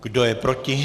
Kdo je proti?